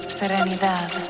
serenidad